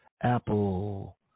Apple